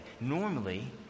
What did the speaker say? Normally